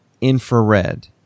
infrared